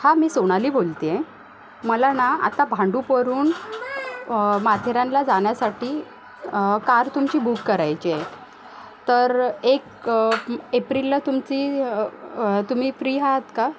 हां मी सोनाली बोलत आहे मला ना आता भांडुपवरून माथेरानला जाण्यासाठी कार तुमची बुक करायची आहे तर एक एप्रिलला तुमची तुम्ही फ्री आहात का